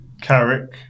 Carrick